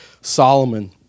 Solomon